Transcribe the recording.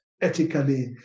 ethically